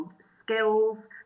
skills